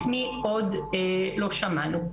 את מי עוד לא שמענו.